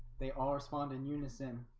they all respond in unison.